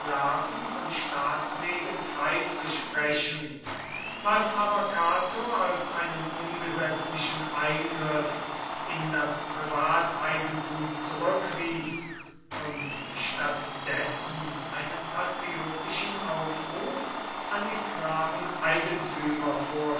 von staats wegen freizusprechen was aber cato als einen ungesetzlichen eingriff in das privateigentum zurückwies und statt dessen einen patriotischen aufruf an die